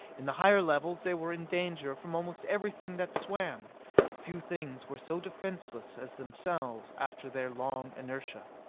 in the higher levels they were in danger from almost everything that swam few things were so defenceless as themselves after their long inertia.